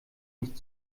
nicht